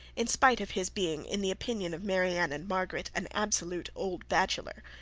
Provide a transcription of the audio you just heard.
in spite of his being in the opinion of marianne and margaret an absolute old bachelor,